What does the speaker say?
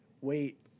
wait